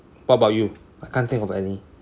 what about you I can't think of any